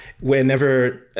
whenever